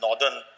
northern